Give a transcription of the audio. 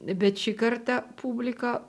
bet šį kartą publika